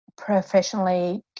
professionally